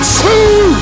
two